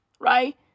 right